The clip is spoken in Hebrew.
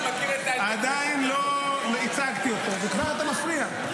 אני מכיר את --- עדיין לא הצגתי אותו וכבר אתה מפריע.